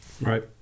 Right